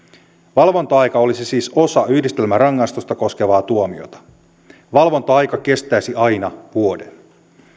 valvonta aika olisi siis osa yhdistelmärangaistusta koskevaa tuomiota valvonta aika kestäisi aina vuoden